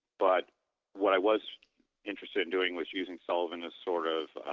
but what i was interested in doing was using sullivan as sort of